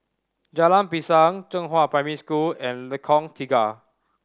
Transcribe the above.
Jalan Pisang Zhenghua Primary School and Lengkong Tiga